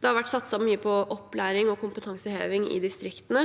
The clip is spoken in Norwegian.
Det har vært satset mye på opplæring og kompetanseheving i distriktene,